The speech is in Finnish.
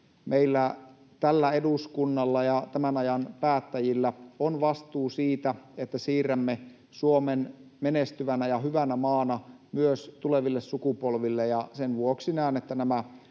Meillä, tällä eduskunnalla ja tämän ajan päättäjillä, on vastuu siitä, että siirrämme Suomen menestyvänä ja hyvänä maana myös tuleville sukupolville, ja sen vuoksi näen, että nämä